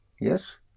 yes